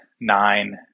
nine